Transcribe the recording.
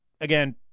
again